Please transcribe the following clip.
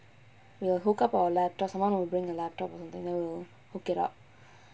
we'll hook up our laptop someone will bring a laptop or something then we'll hook it up